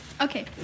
Okay